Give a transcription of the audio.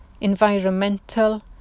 environmental